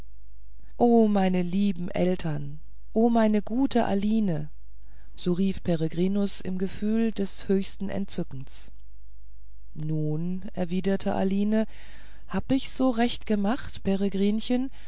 o meine lieben eltern o meine gute aline so rief peregrinus im gefühl des höchsten entzückens nun erwiderte aline hab ich's so recht gemacht